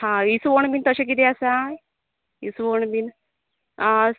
हांआ इस्वण बी तशें किदे आसा इस्वण बीन आह